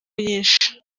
nyinshi